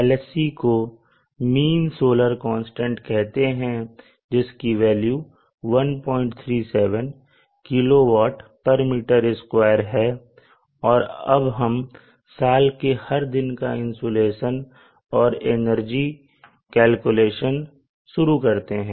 LSCको mean solar constant कहते हैं जिसकी वेल्यू 137 kWm2 है और अब हम साल के हर दिन का इंसुलेशन और एनर्जी का कैलकुलेशन शुरू करते हैं